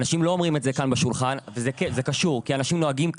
אנשים לא אומרים את זה כאן ליד השולחן וזה קשור כי אנשים נוהגים.